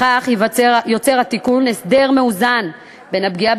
בכך יוצר התיקון הסדר מאוזן בין הפגיעה